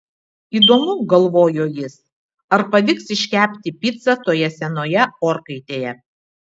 įdomu galvojo jis ar pavyks iškepti picą toje senoje orkaitėje